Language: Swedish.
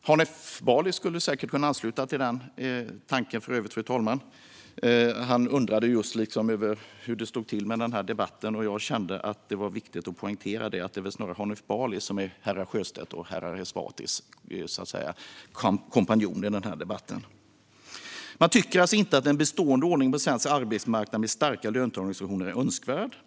Hanif Bali skulle säkert kunna ansluta till den tanken för övrigt, fru talman. Han undrade hur det stod till med debatten. Jag kände att det var viktigt att poängtera att det snarare var Hanif Bali som är herrar Sjöstedts och Esbatis kompanjon i den här debatten. Man tycker inte att den bestående ordningen på svensk arbetsmarknad med starka löntagarorganisationer är önskvärd.